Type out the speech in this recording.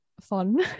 fun